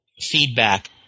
feedback